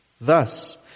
Thus